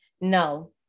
No